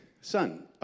son